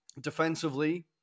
defensively